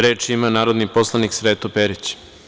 Reč ima narodni poslanik Sreto Perić.